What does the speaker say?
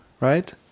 right